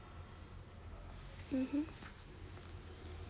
mmhmm